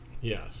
Yes